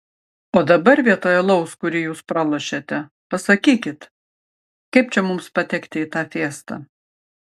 o dabar vietoj alaus kurį jūs pralošėte pasakykit kaip čia mums patekti į tą fiestą